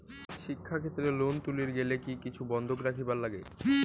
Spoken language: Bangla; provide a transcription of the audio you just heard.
শিক্ষাক্ষেত্রে লোন তুলির গেলে কি কিছু বন্ধক রাখিবার লাগে?